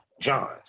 Johns